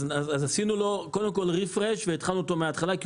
אז עשינו לו קודם כל ריפרש והתחלנו מהתחלה כי